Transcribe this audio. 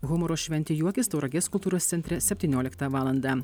humoro šventė juokis tauragės kultūros centre septynioliktą valandą